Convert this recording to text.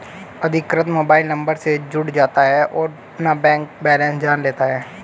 अधिकृत mobile number से जुड़ जाता है और अपना बैंक बेलेंस जान लेता है